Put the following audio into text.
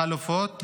חלופות,